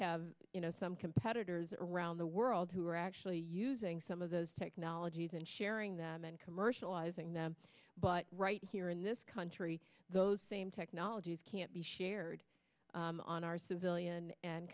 know some competitors around the world who are actually using some of those technologies and sharing them and commercializing them but right here in this country those same technologies can't be shared on our civilian and